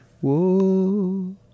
Whoa